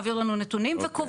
הוא מעביר לנו נתונים וקובע,